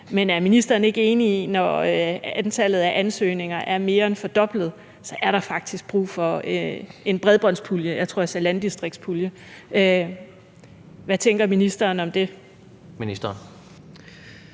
men er ministeren ikke enig i, at når antallet af ansøgninger er mere end fordoblet, er der faktisk brug for en bredbåndspulje? Hvad tænker ministeren om det? Kl.